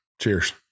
Cheers